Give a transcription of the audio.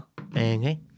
Okay